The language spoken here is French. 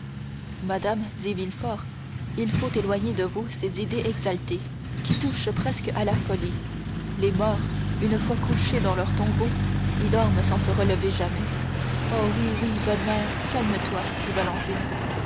madame dit villefort il faut éloigner de vous ces idées exaltées qui touchent presque à la folie les morts une fois couchés dans leur tombeau y dorment sans se relever jamais oh oui oui bonne mère calme-toi dit valentine